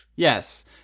Yes